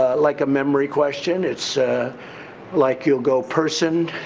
like a memory question. it's ah like you'll go person,